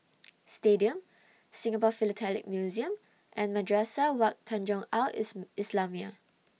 Stadium Singapore Philatelic Museum and Madrasah Wak Tanjong Al IS Islamiah